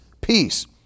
peace